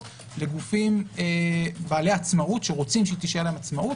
לגופים בעלי עצמאות שרוצים שתישאר להם עצמאות,